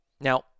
Now